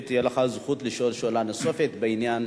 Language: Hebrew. תהיה לך הזכות לשאול שאלה נוספת בעניין